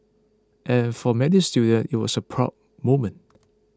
and for many students it was a proud moment